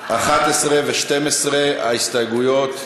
11 ו-12, מורידים את ההסתייגויות,